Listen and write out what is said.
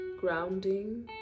grounding